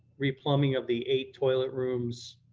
replumbing of the eight toilet rooms